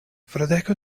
fradeko